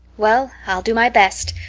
well, i'll do my best,